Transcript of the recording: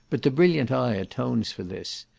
but the brilliant eye atones for this.